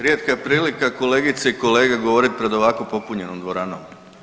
Rijetka je prilika kolegice i kolege govorit pred ovako popunjenom dvoranom.